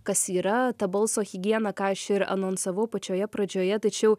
kas yra ta balso higiena ką aš ir anonsavau pačioje pradžioje tačiau